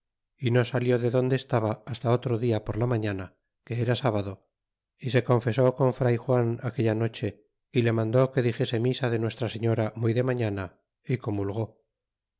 y no salió de donde estaba hasta otra dia por la marrana que era sábado é se confesó con fray juan aquella noche y le mandó que dixese misa de nuestra señora muy de mañana e comulgó